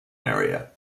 area